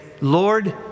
Lord